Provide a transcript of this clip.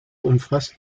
umfasst